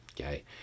okay